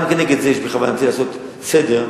גם כנגד זה יש בכוונתי לעשות סדר,